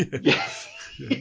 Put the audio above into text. Yes